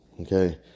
okay